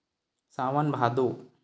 सावन भादो